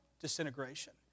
disintegration